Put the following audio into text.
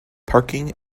parking